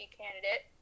candidate